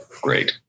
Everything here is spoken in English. Great